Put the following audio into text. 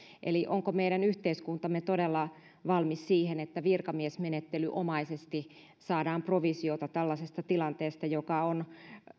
eli onko meidän yhteiskuntamme todella valmis siihen että virkamiesmenettelynomaisesti saadaan provisiota tällaisesta tilanteesta joka on